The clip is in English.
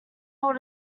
hold